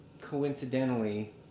coincidentally